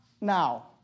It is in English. now